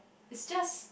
is just